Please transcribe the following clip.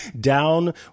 Down